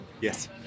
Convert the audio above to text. Yes